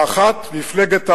האחת, מפלגת העבודה,